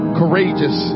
courageous